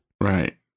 Right